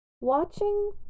watching